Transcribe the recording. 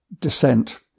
descent